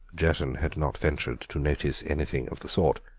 jerton had not ventured to notice anything of the sort.